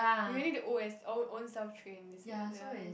you really to old as own own self train they said ya